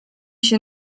się